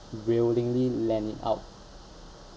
willingly lent it out